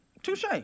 Touche